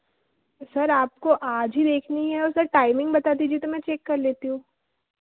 sir आपको आज ही देखनी है और सर टाइमिंग बता दीजिए तो मैं चेक कर लेती हूँ